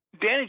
Danny